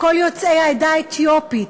כל יוצאי העדה האתיופית,